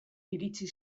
iritsi